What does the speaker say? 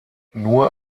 nur